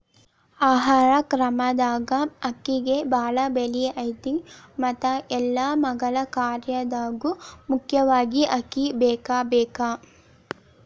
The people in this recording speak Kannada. ಆಹಾರ ಕ್ರಮದಾಗ ಅಕ್ಕಿಗೆ ಬಾಳ ಬೆಲೆ ಐತಿ ಮತ್ತ ಎಲ್ಲಾ ಮಗಳ ಕಾರ್ಯದಾಗು ಮುಖ್ಯವಾಗಿ ಅಕ್ಕಿ ಬೇಕಬೇಕ